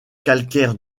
calcaire